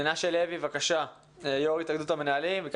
מנשה לוי, יו"ר התאגדות המנהלים, בבקשה.